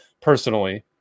personally